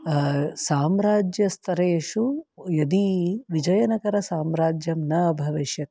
साम्राज्यस्तरेषु यदि विजयनगरसाम्राज्यं न अभविष्यत्